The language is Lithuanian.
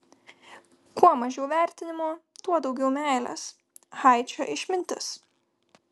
kuo mažiau vertinimo tuo daugiau meilės haičio išmintis